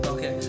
Okay